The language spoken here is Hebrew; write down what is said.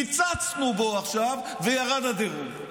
קיצצנו בו עכשיו וירד הדירוג.